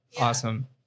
Awesome